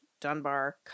Dunbar